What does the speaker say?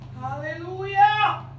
hallelujah